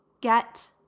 get